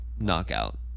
knockout